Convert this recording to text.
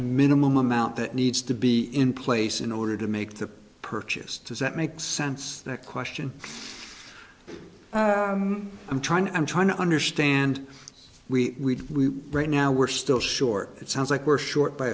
minimum amount that needs to be in place in order to make the purchase does that make sense the question i'm trying i'm trying to understand we right now we're still short it sounds like we're short by